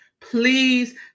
please